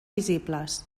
visibles